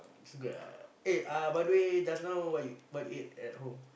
true that ah eh uh by the way just now what you what you ate at home